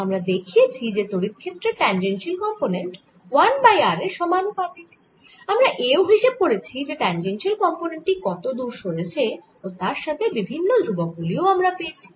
আমরা দেখিয়েছি যে তড়িৎ ক্ষেত্রের ট্যাঞ্জেনশিয়াল কম্পোনেন্ট 1 বাই r এর সমানুপাতিক আমরা এও হিসেব করেছি যে ট্যাঞ্জেনশিয়াল কম্পোনেন্ট টি কত দূর সরেছে ও তার সাথে বিভিন্ন ধ্রুবক গুলিও আমরা পেয়েছি